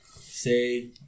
say